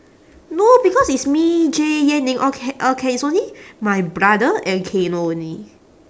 no because is me jay yen ning okay okay is only my brother and kayno only